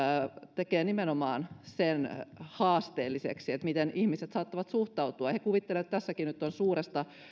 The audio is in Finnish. tekee nimenomaan haasteelliseksi sen miten ihmiset saattavat suhtautua he kuvittelevat että tässäkin nyt on suuresta